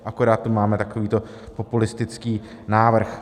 Akorát tu máme takovýto populistický návrh.